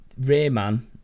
rayman